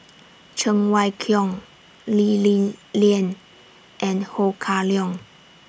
Cheng Wai Keung Lee Li Lian and Ho Kah Leong